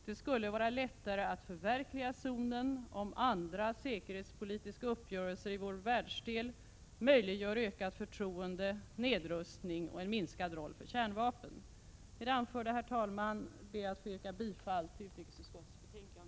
Det skulle vara lättare att förverkliga zonen om andra säkerhetspolitiska uppgörelser i vår världsdel möjliggör ökat förtroende, nedrustning och en minskad roll för kärnvapen.” Med det anförda ber jag, herr talman, att få yrka bifall till utrikesutskottets hemställan.